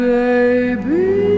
baby